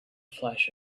flash